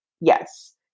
Yes